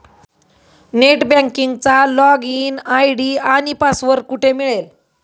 Net बँकिंगचा login ID आणि password कुठे मिळेल?